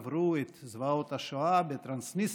עברו את זוועות השואה בטרנסניסטריה,